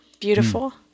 Beautiful